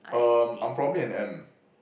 um I'm probably an M